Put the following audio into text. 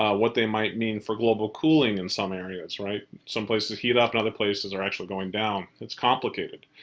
what they might mean for global cooling, in some areas. right. some places heat up and other places are actually going down. it's complicated,